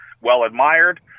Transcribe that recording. well-admired